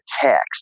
text